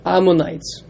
Ammonites